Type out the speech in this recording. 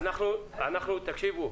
תקשיבו,